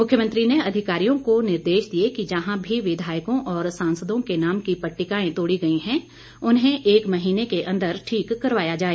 मुख्यमंत्री ने अधिकारियों को निर्देश दिए कि जहां भी विधायकों और सांसदों के नाम की पटिकाएं तोड़ी गई हैं उन्हें एक महीने के अंदर ठीक करवाया जाए